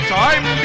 time